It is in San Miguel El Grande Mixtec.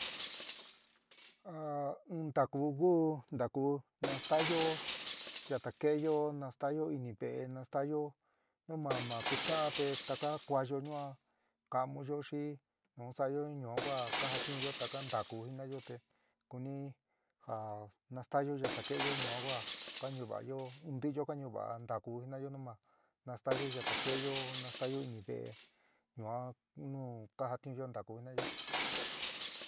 A in ntakú ku ntakú nastayó yatakeéyo nastayo ini ve'é nastayo nu ma ma kucha'an taka kuáyo yuan ka'amuyo xi nu sa'ayo jin yuan kajatiunyo taka ntaku jina'ayo te kuni ja nastayo yatakeéyo ñua kua kañuva'ayo ntiyo ka ñuva'a ntaku jina'ayo nu ma nastayo yatake'e yo nastayo inive'eé yuan nu kajatiunyo ntaku jinaáyo.